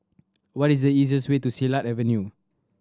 what is the easiest way to Silat Avenue